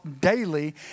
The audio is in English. daily